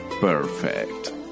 Perfect